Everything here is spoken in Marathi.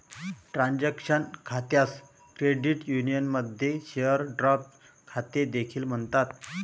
ट्रान्झॅक्शन खात्यास क्रेडिट युनियनमध्ये शेअर ड्राफ्ट खाते देखील म्हणतात